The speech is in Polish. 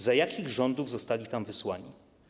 Za jakich rządów zostali tam wysłani?